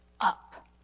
up